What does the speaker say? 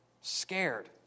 Scared